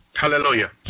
Hallelujah